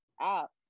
out